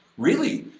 really.